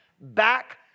back